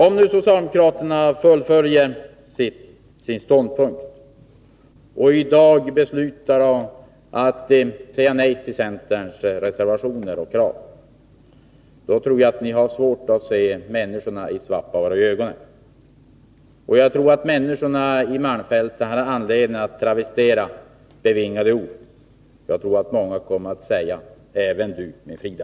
Om ni socialdemokrater nu fullföljer er ståndpunkt och i dag beslutar att säga nej till centerns reservationer och krav, då tror jag att ni har svårt att se människorna i Svappavaara i ögonen. Jag tror att många människor i malmfälten har anledning att travestera ett bevingat ord och kommer att säga: Även du, min Frida!